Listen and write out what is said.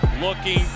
looking